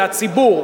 והציבור,